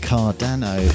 Cardano